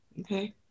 Okay